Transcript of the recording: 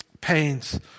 pains